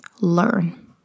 learn